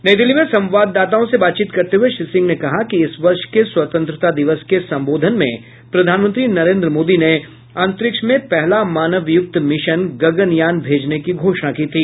नई दिल्ली में संवादाताओं से बातचीत करते हुए श्री सिंह ने कहा कि इस वर्ष के स्वतंत्रता दिवस के संबोधन में प्रधानमंत्री नरेन्द्र मोदी ने अंतरिक्ष में पहला मानव युक्त मिशन गगनयान भेजने की घोषणा की थी